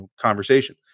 conversation